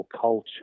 culture